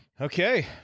Okay